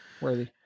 worthy